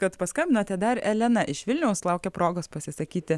kad paskambinote dar elena iš vilniaus laukia progos pasisakyti